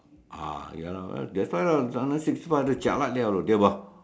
ah ya lah that's why lah under sixty five jialat [liao] they will